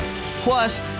Plus